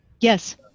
Yes